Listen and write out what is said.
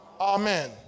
amen